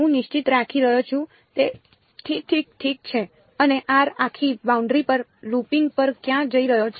હું નિશ્ચિત રાખી રહ્યો છું તે ઠીક ઠીક ઠીક છે અને r આખી બાઉન્ડ્રી પર લૂપિંગ પર ક્યાં જઈ રહ્યો છે